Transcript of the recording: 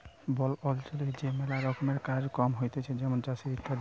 বন অঞ্চলে যে ম্যালা রকমের কাজ কম হতিছে যেমন চাষের ইত্যাদি